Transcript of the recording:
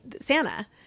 santa